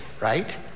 right